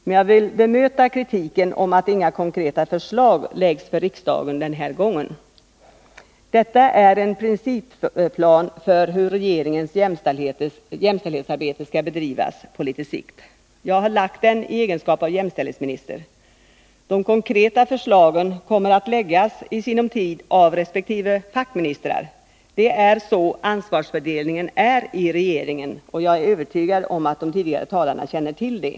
Men jag vill bemöta kritiken mot att inga konkreta förslag framläggs för riksdagen den här gången. Skrivelsen till riksdagen innehåller en principplan för hur regeringens jämställdhetsarbete skall bedrivas på litet sikt. Jag har lagt fram den i egenskap av jämställdhetsminister. De konkreta förslagen kommer att framläggas i sinom tid av resp. fackministrar. Det är sådan ansvarsfördelningen är i regeringen, och jag är övertygad om att de tidigare talarna känner till det.